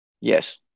Yes